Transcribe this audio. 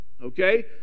Okay